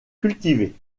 cultivées